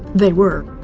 they were.